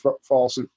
false